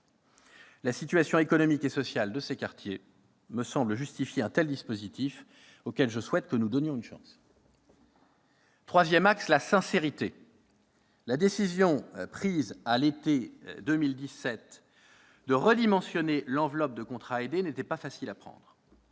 La situation économique et sociale de ces quartiers me semble justifier un tel dispositif, auquel je souhaite que nous donnions une chance. Le troisième axe de ce budget est la sincérité. La décision prise à l'été 2017 de redimensionner l'enveloppe de contrats aidés n'était pas facile à prendre.